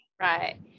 Right